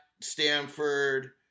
Stanford